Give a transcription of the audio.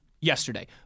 Yesterday